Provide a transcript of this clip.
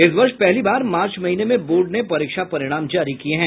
इस वर्ष पहली बार मार्च महीने में बोर्ड ने परीक्षा परिणाम जारी किये हैं